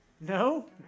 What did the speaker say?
No